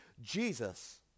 Jesus